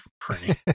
printing